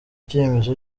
cyemezo